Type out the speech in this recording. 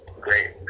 Great